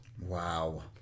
Wow